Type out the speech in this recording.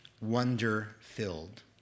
wonder-filled